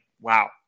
wow